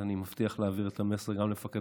אז אני מבטיח להעביר את המסר גם למפקד